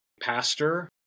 pastor